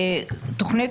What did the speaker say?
תוכנית,